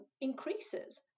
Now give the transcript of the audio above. increases